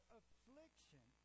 affliction